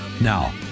Now